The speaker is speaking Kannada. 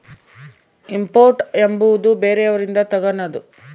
ಇಂಪೋರ್ಟ್ ಎಂಬುವುದು ಬೇರೆಯವರಿಂದ ತಗನದು